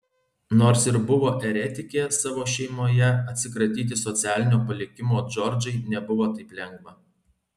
nors ir buvo eretikė savo šeimoje atsikratyti socialinio palikimo džordžai nebuvo taip lengva